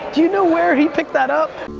do you know where he picked that up?